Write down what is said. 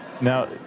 now